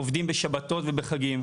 עובדים בשבתות ובחגים.